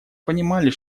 понимали